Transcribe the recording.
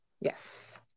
Yes